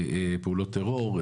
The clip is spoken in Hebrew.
פעולות טרור,